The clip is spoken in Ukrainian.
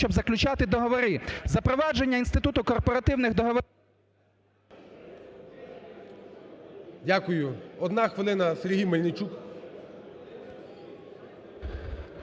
щоб заключати договори. Запровадження інституту корпоративних договорів… ГОЛОВУЮЧИЙ. Дякую. Одна хвилина, Сергій Мельничук.